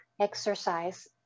exercise